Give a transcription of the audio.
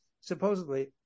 supposedly